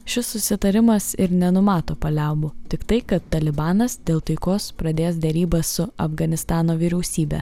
šis susitarimas ir nenumato paliaubų tiktai kad talibanas dėl taikos pradės derybas su afganistano vyriausybe